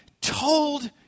told